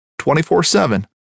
24-7